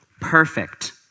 perfect